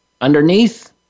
underneath